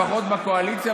לפחות בקואליציה,